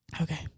okay